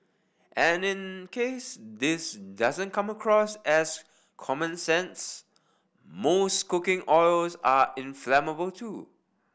and in case this doesn't come across as common sense most cooking oils are inflammable too